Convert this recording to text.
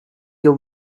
your